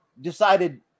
decided